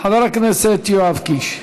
חבר הכנסת יואב קיש.